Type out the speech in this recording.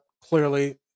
clearly